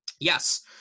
yes